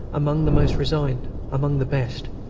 among the most resigned, among the best,